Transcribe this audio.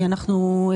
ולדימיר, בבקשה.